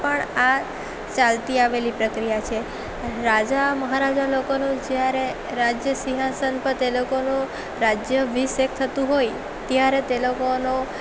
પણ આ ચાલતી આવેલી પ્રક્રિયા છે રાજા મહારાજા લોકોનું જ્યારે રાજ્ય સિંહાસન પર તે લોકોનો રાજ્યાભિષેક થતું હોય ત્યારે તે લોકોનો